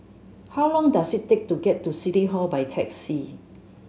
how long does it take to get to City Hall by taxi